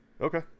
Okay